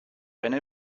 eine